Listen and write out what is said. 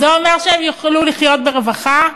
זה אומר שהם יוכלו לחיות ברווחה?